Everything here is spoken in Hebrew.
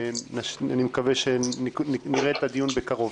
אני מקווה שנראה את הדיון בקרוב.